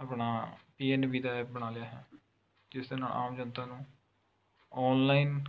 ਆਪਣਾ P N B ਦਾ app ਬਣਾ ਲਿਆ ਹੈ ਜਿਸਦੇ ਨਾਲ ਆਮ ਜਨਤਾ ਨੂੰ ਔਨਲਾਈਨ